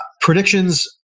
predictions